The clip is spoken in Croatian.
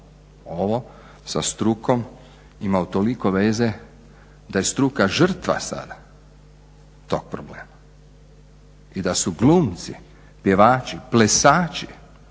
ovo sa strukom ima utoliko veze da je struka žrtva sada tog problema i da su glumci, pjevači, plesači